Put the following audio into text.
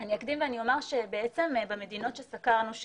אני אקדים ואומר שבמדינות שסקרנו,